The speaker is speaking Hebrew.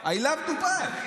I love Dubai.